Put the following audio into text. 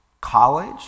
college